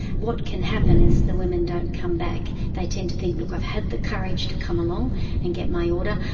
what can happen is that women don't come back. they tend to think, look, i've had the courage to come along and get my order,